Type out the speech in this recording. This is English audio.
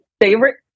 favorite